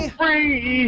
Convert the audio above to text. free